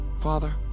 Father